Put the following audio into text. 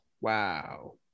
wow